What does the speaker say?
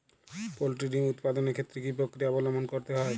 Poultry ডিম উৎপাদনের ক্ষেত্রে কি পক্রিয়া অবলম্বন করতে হয়?